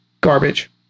garbage